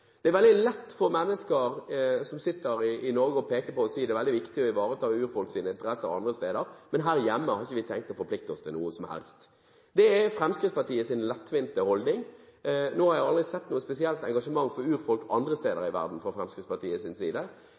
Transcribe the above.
Det er veldig lett for mennesker i Norge å peke på og si det er veldig viktig å ivareta urfolks interesser andre steder, men her hjemme har vi ikke tenkt å forplikte oss til noe som helst. Det er Fremskrittspartiets lettvinte holdning. Nå har jeg aldri sett noe spesielt engasjement for urfolk andre steder i verden fra Fremskrittspartiets side